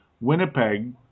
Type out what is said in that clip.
Winnipeg